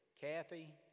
Kathy